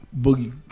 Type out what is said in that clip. Boogie